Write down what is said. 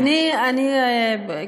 נגמר הדיון, בדיוק.